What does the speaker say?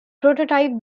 prototype